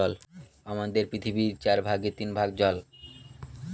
আমাদের পৃথিবীর চার ভাগের তিন ভাগ জল